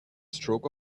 stroke